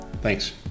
Thanks